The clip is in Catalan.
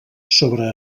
sobre